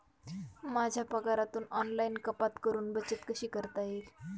माझ्या पगारातून ऑनलाइन कपात करुन बचत कशी करता येईल?